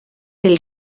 del